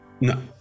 No